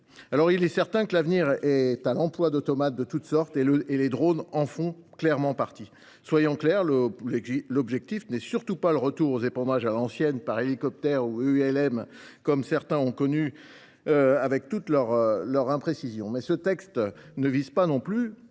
Il est certain que l’avenir est à l’emploi d’automates de toutes sortes, et les drones font clairement partie du tableau. Soyons clairs ! L’objectif n’est surtout pas le retour aux épandages à l’ancienne, par hélicoptère ou par ULM, avec toute leur imprécision. Mais ce texte ne vise pas non plus